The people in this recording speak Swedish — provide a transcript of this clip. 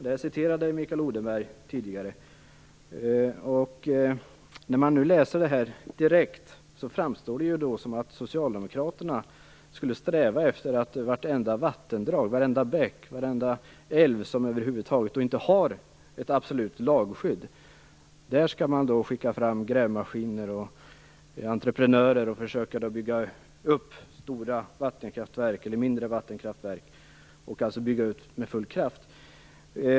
Detta citerade När man nu läser detta direkt framstår det som om socialdemokraterna skulle sträva efter att till vartenda vattendrag, varenda bäck, varenda älv som över huvud taget inte har ett absolut lagskydd skicka fram grävmaskiner och entreprenörer och försöka bygga upp vattenkraftverk, alltså bygga ut med full kraft.